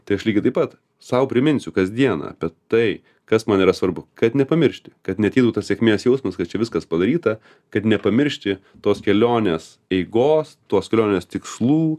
tai aš lygiai taip pat sau priminsiu kasdieną bet tai kas man yra svarbu kad nepamiršti kad net jeigu tas sėkmės jausmas kad čia viskas padaryta kad nepamiršti tos kelionės eigos tos kelionės tikslų